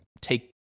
take